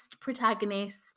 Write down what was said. protagonist